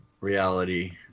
reality